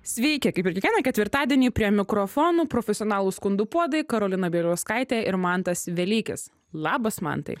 sveiki kaip ir kiekvieną ketvirtadienį prie mikrofonų profesionalų skundų puodai karolina bieliauskaitė ir mantas velykis labas mantai